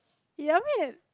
ya I mean